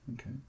Okay